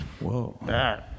Whoa